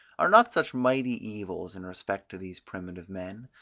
are not such mighty evils in respect to these primitive men,